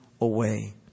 away